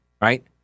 right